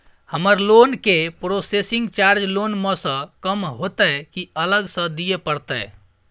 हमर लोन के processing charge loan म स कम होतै की अलग स दिए परतै?